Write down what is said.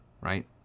right